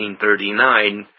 1939